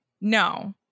No